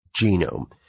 genome